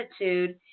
attitude